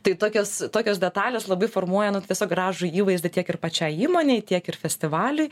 tai tokios tokios detalės labai formuoja nu tiesiog gražų įvaizdį tiek ir pačiai įmonei tiek ir festivaliui